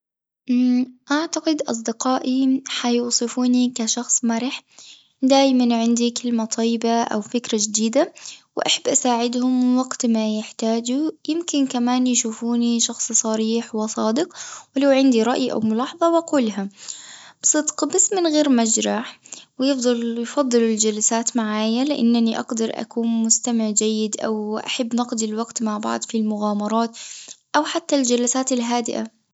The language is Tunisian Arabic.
أعتقد أصدقائي هيوصفوني كشخص مرح دايمًا عندي كلمة طيبة أو فكرة جديدة وأحب أساعدهم وقت ما يحتاجوا يمكن كمان يشوفوني شخص صريح وصادق، ولو عندي رأي أو ملاحظة أقولها بصدق بس من غير ما أجرح يفضلو الجلسات معايا لإنني أقدر أكون مستمع جيدًا وأحب نقضي الوقت مع بعض في المغامرات أو حتى الجلسات الهادئة.